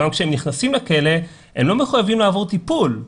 גם כשהם נכנסים לכלא הם לא מחויבים לעבור טיפול.